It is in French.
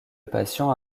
patient